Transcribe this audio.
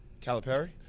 Calipari